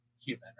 human